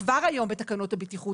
כבר היום בתקנות הבטיחות